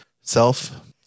self